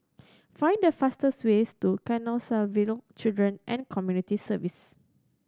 find the fastest ways to Canossaville Children and Community Services